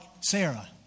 Sarah